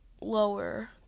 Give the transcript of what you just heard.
lower